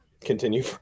continue